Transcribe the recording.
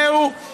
זה הפלא היחיד.